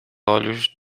olhos